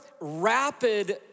rapid